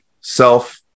self